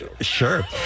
sure